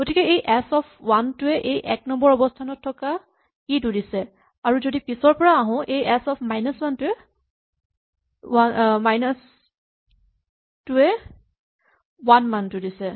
গতিকে এই S of one টোৱে এই এক নম্বৰ অৱস্হানত থকা ই টো দিছে আৰু আমি যদি পিছৰ পৰা আহোঁ এই এচ অফ মাইনাচ টোৱে ৱান মানটো দিছে